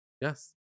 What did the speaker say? yes